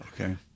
okay